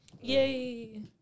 Yay